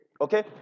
Okay